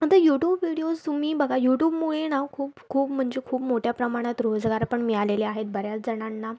आता YouTube videos तुम्ही बघा युटूबमुळे ना खूप खूप म्हणजे खूप मोठ्या प्रमाणात रोजगार पण मिळालेले आहेत बऱ्याच जणांना